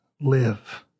live